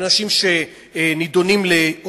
אנשים שמפגינים בשל דעה אחרת,